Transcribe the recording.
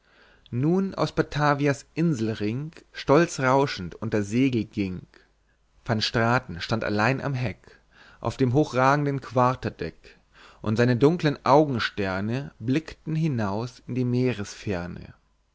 nun aus batavia's inselring stolz rauschend unter segel ging van straten stand allein am heck auf dem hochragenden quarterdeck und seine dunkeln augensterne blickten hinaus in die